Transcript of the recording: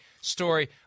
story